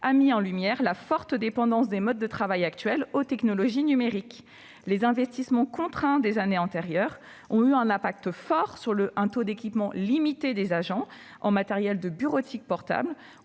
a mis en lumière la forte dépendance des modes de travail actuels aux technologies numériques. Les investissements contraints des années antérieures ont eu de fortes conséquences sur un taux d'équipement limité des agents en matériel de bureautique portable